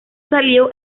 salió